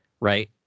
right